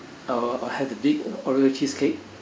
I'll I'll have the big oreo cheesecake